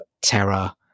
terror